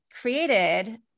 created